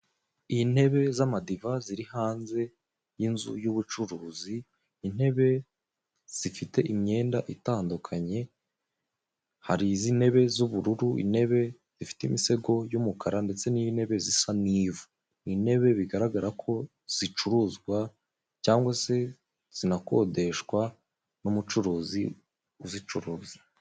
Intebe z'amadiva ziri hanze y'inzu y'ubucuruzi intebe zifite imyenda itandukanye, hari izitebe z'ubururu, intebe zifite imisego yumukara ndetse n'intebe zisa n'ivu n'intebe bigaragara ko zicuruzwa cyangwa se zinakodeshwa n'umucuruzi uzicuruza.